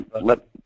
Let